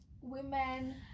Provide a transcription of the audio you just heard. women